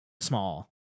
small